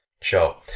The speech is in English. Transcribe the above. show